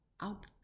out